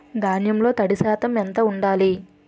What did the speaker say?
ధాన్యంలో తడి శాతం ఎంత ఉండాలి?